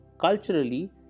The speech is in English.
culturally